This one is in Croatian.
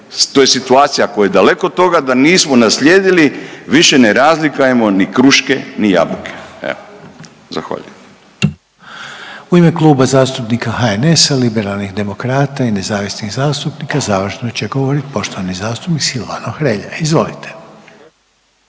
to je situacija koja daleko od toga da nismo naslijedili više ne razlikujemo ni kruške, ni jabuke. Evo zahvaljujem.